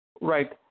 Right